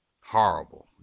Horrible